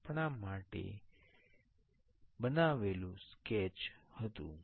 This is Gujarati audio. આ આપણે તેના માટે બનાવેલું સ્કેચ હતું